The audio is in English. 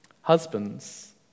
Husbands